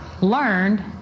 learned